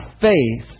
faith